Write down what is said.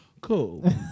cool